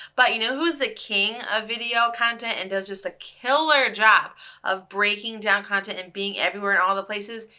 but you know who's the king of video content and does just a killer job of breaking down content and being everywhere and all the places?